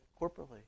corporately